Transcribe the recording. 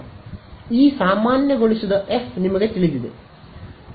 ಈ ಸಾಮಾನ್ಯಗೊಳಿಸಿದ ಎಫ್ ನಿಮಗೆ ತಿಳಿದಿದೆ